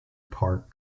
parke